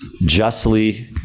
justly